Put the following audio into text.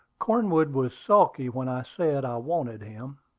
cornwood was sulky when i said i wanted him.